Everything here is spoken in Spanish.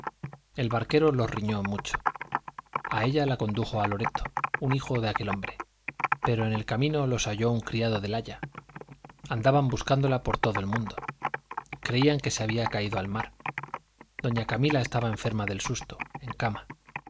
el barquero los riñó mucho a ella la condujo a loreto un hijo de aquel hombre pero en el camino los halló un criado del aya andaban buscándola por todo el mundo creían que se había caído al mar doña camila estaba enferma del susto en cama